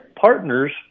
partners